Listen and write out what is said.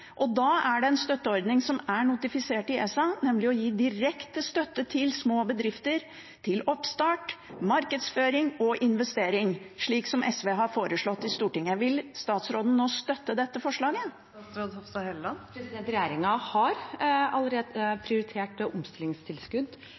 Da er det en støtteordning som er notifisert i ESA, nemlig å gi direkte støtte til små bedrifter, til oppstart, markedsføring og investering, slik SV har foreslått i Stortinget. Vil statsråden nå støtte dette forslaget?